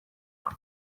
ati